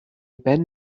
ben